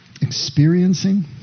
Experiencing